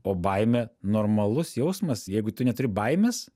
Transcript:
o baimė normalus jausmas jeigu tu neturi baimės